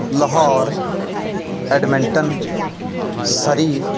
Lahore Edmonton Surrey